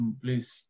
please